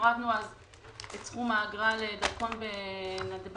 הורדנו אז את סכום האגרה לדרכון בנתב"ג.